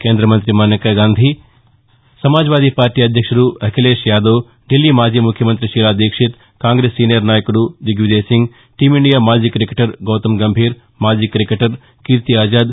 కేంద మంతి మేనకాగాంధీ సమాజ్వాదీ పార్టీ అధ్యక్షుడు అఖిలేక్ యాదవ్ దిల్లీ మాజీ ముఖ్యమంతి షీలా దీక్షిత్ కాంగ్రెస్ సీనియర్ నాయకుడు దిగ్విజయ్ సింగ్ టీమిండియా మాజీ క్రికెటర్ గౌతమ్ గంభీర్ మాజీ క్రికెటర్ కీర్తి ఆజాద్